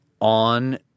on –